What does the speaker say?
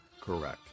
Correct